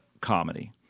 comedy